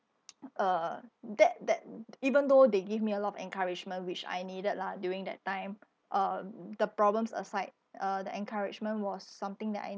uh that that even though they give me a lot of encouragement which I needed lah during that time uh the problems aside uh the encouragement was something that I